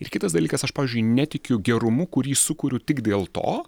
ir kitas dalykas aš pavyzdžiui netikiu gerumu kurį sukuriu tik dėl to